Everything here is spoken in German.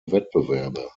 wettbewerbe